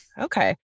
okay